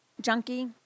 junkie